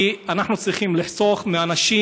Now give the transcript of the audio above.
כי אנחנו צריכים לחסוך מאנשים